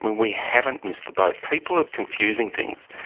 we we haven't missed the boat. people are confusing things.